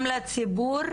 גם לציבור,